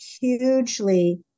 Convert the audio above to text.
hugely